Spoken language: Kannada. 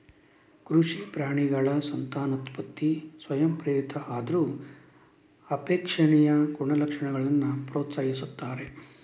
ಕೃಷಿ ಪ್ರಾಣಿಗಳ ಸಂತಾನವೃದ್ಧಿ ಸ್ವಯಂಪ್ರೇರಿತ ಆದ್ರೂ ಅಪೇಕ್ಷಣೀಯ ಗುಣಲಕ್ಷಣಗಳನ್ನ ಪ್ರೋತ್ಸಾಹಿಸ್ತಾರೆ